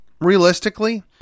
realistically